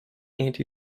anti